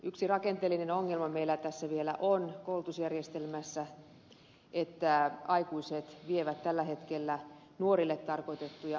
yksi rakenteellinen ongelma meillä tässä vielä on koulutusjärjestelmässä että aikuiset vievät tällä hetkellä nuorille tarkoitettuja aloituspaikkoja